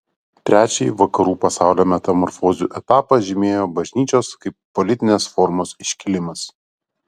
trečiąjį vakarų pasaulio metamorfozių etapą žymėjo bažnyčios kaip politinės formos iškilimas